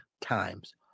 times